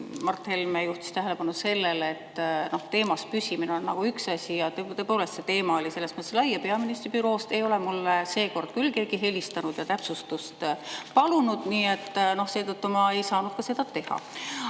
Mart Helme juhtis tähelepanu sellele, et teemas püsimine on üks asi. Tõepoolest, see teema oli lai ja peaministri büroost ei ole mulle seekord keegi helistanud ja täpsustust palunud, nii et seetõttu ma ei saanud ka seda teha.